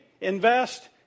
invest